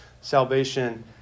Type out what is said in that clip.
salvation